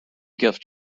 gift